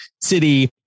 city